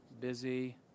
Busy